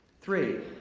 three.